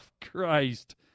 Christ